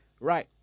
Right